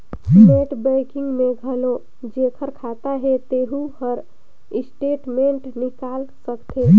net banking में घलो जेखर खाता हे तेहू हर स्टेटमेंट निकाल सकथे